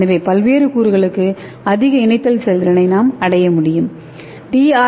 எனவே பல்வேறு கூறுகளுக்கு அதிக இணைத்தல் செயல்திறனை நாம் அடைய முடியும் உருவாக்கத்தை டி